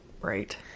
Right